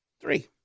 three